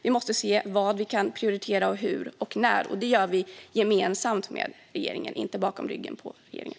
Vi måste se vad vi kan prioritera och hur och när, och det gör vi gemensamt med regeringen, inte bakom ryggen på regeringen.